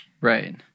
right